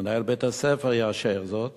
מנהל בית-הספר יאשר זאת